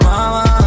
Mama